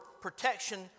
protection